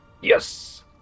Yes